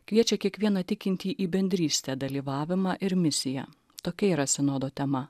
kviečia kiekvieną tikintįjį į bendrystę dalyvavimą ir misiją tokia yra sinodo tema